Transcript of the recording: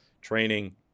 training